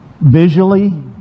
visually